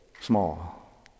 small